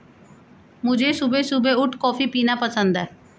मुझे सुबह सुबह उठ कॉफ़ी पीना पसंद हैं